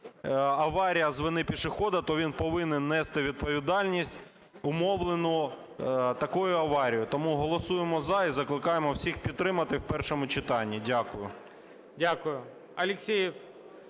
аварія з вини пішохода, то він повинен нести відповідальність, умовлену такою аварією. Тому голосуємо – за. І закликаємо всіх підтримати в першому читанні. Дякую.